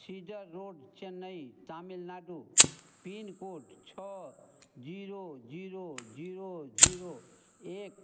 cedar road Chennai Tamil Nadu pin code छः zero zero zero zero एक